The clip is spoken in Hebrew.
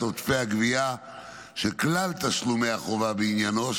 עודפי הגבייה של כלל תשלומי החובה בעניינו,